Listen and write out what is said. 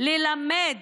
ללמד